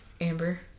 Amber